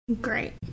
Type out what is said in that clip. Great